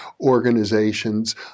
organizations